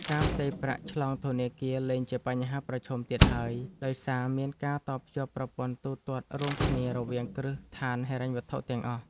ការផ្ទេរប្រាក់ឆ្លងធនាគារលែងជាបញ្ហាប្រឈមទៀតហើយដោយសារមានការតភ្ជាប់ប្រព័ន្ធទូទាត់រួមគ្នារវាងគ្រឹះស្ថានហិរញ្ញវត្ថុទាំងអស់។